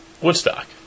Woodstock